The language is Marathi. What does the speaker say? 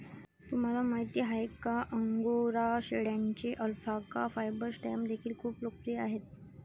तुम्हाला माहिती आहे का अंगोरा शेळ्यांचे अल्पाका फायबर स्टॅम्प देखील खूप लोकप्रिय आहेत